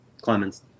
Clemens